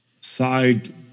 side